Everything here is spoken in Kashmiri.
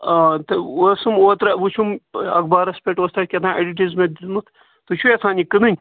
آ تہٕ اوٚسُم اوترٕ وُچھُم اَخبارَس پٮ۪ٹھ اوس تۄہہِ کیٛاہتانۍ ایٚڈواٹیٖزمٮ۪نٹ دیُتمُت تُہۍ چھُو یَژھان یہِ کٕنٕنۍ